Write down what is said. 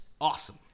awesome